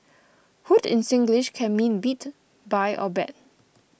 hoot in Singlish can mean beat buy or bet